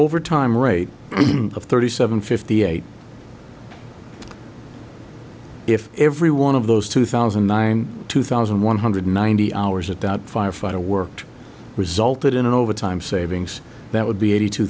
over time rate of thirty seven fifty eight if every one of those two thousand and nine two thousand one hundred ninety hours at that firefighter worked resulted in an overtime savings that would be eighty two